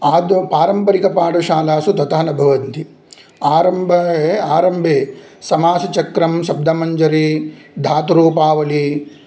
आदु पारम्परिकपाठशालासु तथा न भवन्ति आरम्भ ए आरम्भे समासचक्रं शब्दमञ्जरी धातुरूपावली